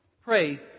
Pray